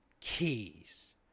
Keys